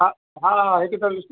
हा हा हा हिकु त